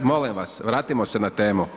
Molim vas vratimo se na temu.